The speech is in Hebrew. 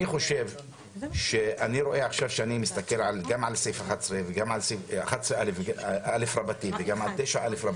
אני מסתכל גם על סעיף 11א וגם על סעיף 9א ואני